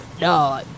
no